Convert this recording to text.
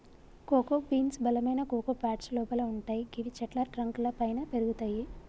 cocoa beans బలమైన cocoa pods లోపల వుంటయ్ గివి చెట్ల ట్రంక్ లపైన పెరుగుతయి